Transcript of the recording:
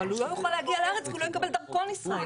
אבל הוא לא יוכל להגיע לארץ כי הוא לא יקבל דרכון ישראלי,